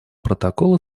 протокола